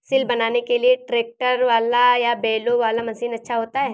सिल बनाने के लिए ट्रैक्टर वाला या बैलों वाला मशीन अच्छा होता है?